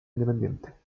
independiente